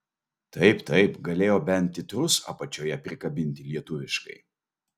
taip taip galėjo bent titrus apačioje prikabinti lietuviškai